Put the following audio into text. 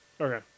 Okay